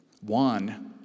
One